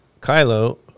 Kylo